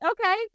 okay